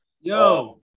Yo